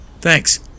Thanks